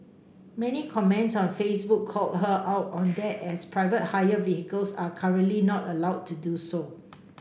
many comments on Facebook called her out on that as private hire vehicles are currently not allowed to do so